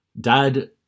Dad